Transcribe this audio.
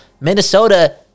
Minnesota